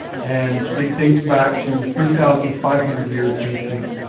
and it dates back to three thousand five hundred years bc.